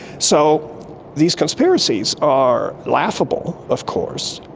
so these conspiracies are laughable of course,